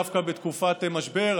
דווקא בתקופת משבר,